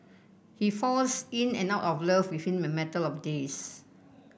he falls in and out of love within a matter of days